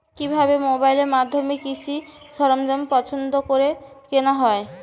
কিভাবে মোবাইলের মাধ্যমে কৃষি সরঞ্জাম পছন্দ করে কেনা হয়?